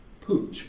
pooch